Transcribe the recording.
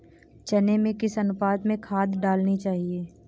चने में किस अनुपात में खाद डालनी चाहिए?